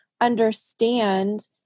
understand